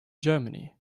germany